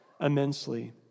immensely